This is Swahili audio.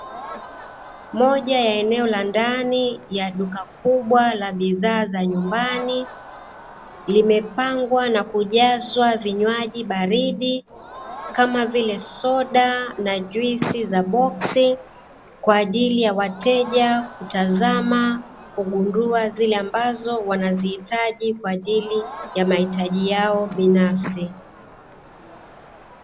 Moja ya eneo la ndani la duka kubwa la bidhaa za nyumbani limepangwa ana kujazwa vinywaji baridi kama vile soda na juisi za boksi kwa ajili ya wateja kutazama, kugundua zile ambazo wanazihitaji kwa ajili ya mahitaji yao binafsi.